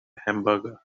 hamburger